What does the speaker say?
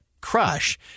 crush